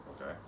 okay